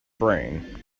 brain